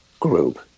Group